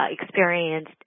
experienced